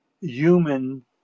Human